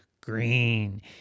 green